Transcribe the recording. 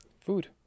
food